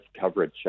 coverage